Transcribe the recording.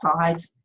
five